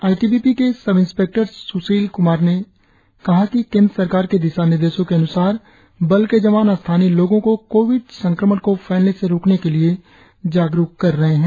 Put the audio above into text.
आई T B P के sub inspector Sushil Kumar ने कहा कि केंद्र सरकार के दिशानिर्देशों के अन्सार बल के जवान स्थानीय लोगो को कोविड संक्रमण को फैलने से रोकने के लिए जागरुक कर रहे है